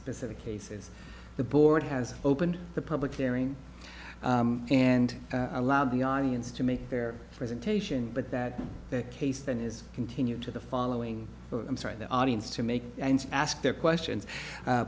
specific cases the board has opened the public hearing and allow the audience to make their presentation but that the case then is continued to the following i'm sorry the audience to make and ask their question